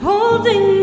Holding